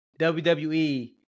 WWE